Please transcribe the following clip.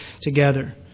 together